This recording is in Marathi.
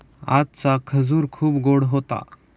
आजचा खजूर खूप गोड होता